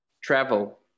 travel